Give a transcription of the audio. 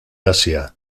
asia